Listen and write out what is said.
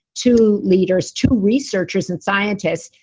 to leaders, to researchers and scientists,